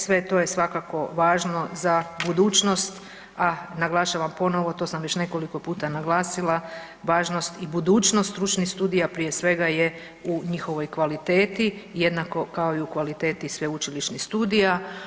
Sve to je svakako važno za budućnost, a naglašavam ponovo to sam već nekoliko puta naglasila važnost i budućnost stručnih studija prije svega je u njihovoj kvaliteti jednako kao i u kvaliteti sveučilišnih studija.